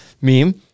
meme